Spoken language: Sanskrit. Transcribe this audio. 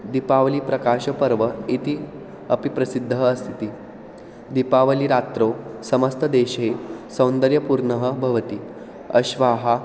दीपावलिः प्रकाशपर्व इति अपि प्रसिद्धः अस्ति दीपावलिरात्रौ समस्तदेशः सौन्दर्यपूर्णः भवति अश्वाः